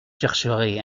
chercherai